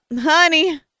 honey